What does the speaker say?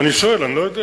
אני שואל, אני לא יודע.